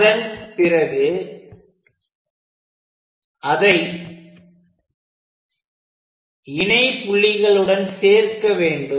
அதன் பிறகு அதை இணை புள்ளிகளுடன் சேர்க்க வேண்டும்